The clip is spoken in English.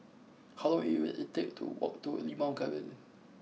how long it will it take to walk to a Limau Garden